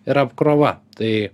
yra apkrova tai